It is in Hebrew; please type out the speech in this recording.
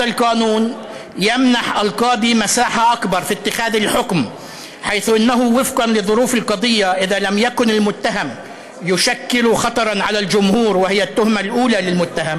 חוק זה נותן לשופט מרחב גדול יותר בבואו לפסוק דין.